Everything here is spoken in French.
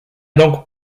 donc